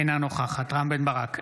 אינה נוכחת רם בן ברק,